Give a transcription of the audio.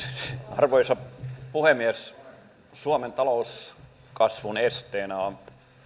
arvoisa puhemies suomen talouskasvun esteinä ovat